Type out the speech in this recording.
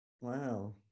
Wow